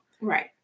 Right